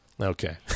Okay